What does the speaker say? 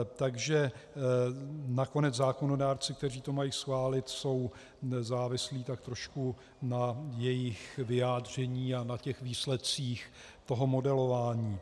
Takže nakonec zákonodárci, kteří to mají schválit, jsou nezávislí tak trošku na jejich vyjádření a na výsledcích toho modelování.